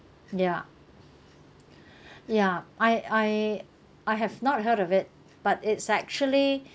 ya ya I I I have not heard of it but it's actually